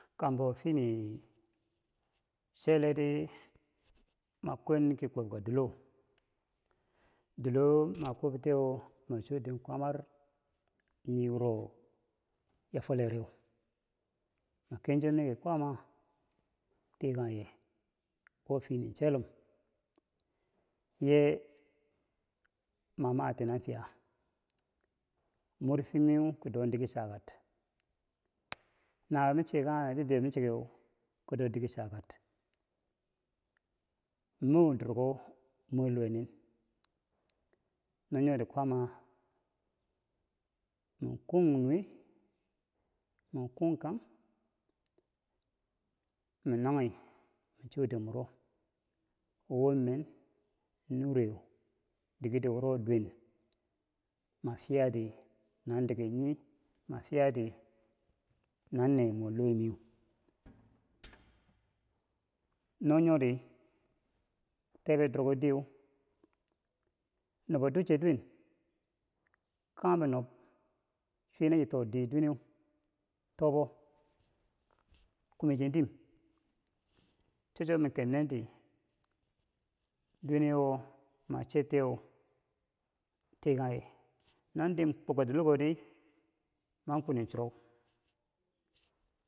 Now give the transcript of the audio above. kambo fini chele di ma kwenki kwo- obka dilo dilo ma kwo- obtiya ma cho den kwaamar niiwuro ya fwelyereu ma kencho miki kwaama tikangye wo fini chelum yee ma mati nafiya mor fuyemiu ki do diker Chakar nawuye michi keu kangha bibeyo michikeu ki do dirke chakad mo durko mor luwemi no nyori kwaama min kung nuwe, miin kung kang miin nanghi min cho den mwerowom men nure dikero nwuro duwen mafiya ti nan diki nyi, mafiya ti. nan nee nubo lo miyeu no nyodi teebe durko diyeu, nubo ducce duwen kanghembo nob chwi naci too diye duwe neu, kume che dim tobo kume cheu dim cho cho mi ken nen ti duwene wo ma chettiyeu, tikangye non dim kwob ka duloko ri man kweni churou.